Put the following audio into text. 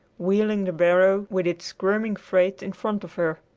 wheeling the barrow with its squirming freight in front of her.